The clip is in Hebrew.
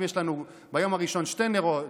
אם יש ביום הראשון שני נרות,